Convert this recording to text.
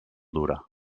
dura